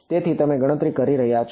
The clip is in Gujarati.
તેથી તમે ગણતરી કરી રહ્યા છો